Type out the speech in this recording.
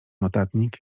notatnik